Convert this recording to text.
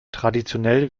traditionell